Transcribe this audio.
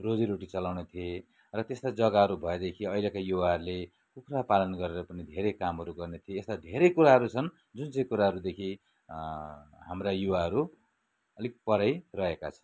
रोजीरोटी चलाउने थिए र त्यस्ता जग्गाहरू भएदेखि अहिलेका युवाहरूले कुखुरा पालन गरेर पनि धेरै कामहरू गर्ने थिए यस्ता धेरै कुराहरू छन् जुन चाहिँ कुराहरूदेखि हाम्रा युवाहरू अलिक परै रहेका छन्